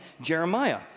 Jeremiah